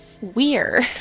weird